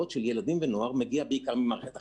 של ילדים ונוער מגיע בעיקר ממערכת החינוך,